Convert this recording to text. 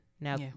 Now